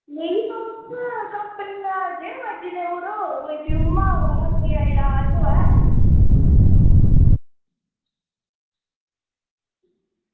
नेईं तुस कंपनी दा जे मर्ज़ी देई ओड़ो कोई प्यूमा होऐ जां कोई एडीडॉस होऐ